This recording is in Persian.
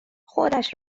خودش